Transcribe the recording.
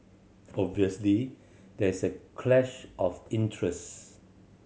obviously there is a clash of interest